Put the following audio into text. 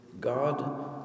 God